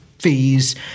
fees